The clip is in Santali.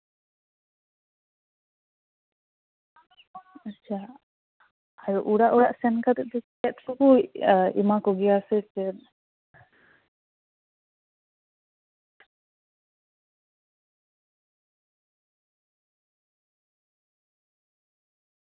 ᱟᱪᱪᱷᱟ ᱟᱨ ᱚᱲᱟᱜ ᱚᱲᱟᱜ ᱥᱮᱱ ᱠᱟᱛᱮ ᱫᱚ ᱪᱮᱫ ᱠᱚᱠᱚ ᱮᱢᱟ ᱠᱚᱜᱮᱭᱟ ᱥᱮ ᱪᱮᱫ